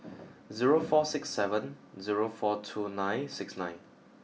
zero four six seven zero four two nine six nine